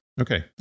Okay